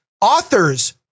Authors